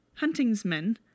huntingsmen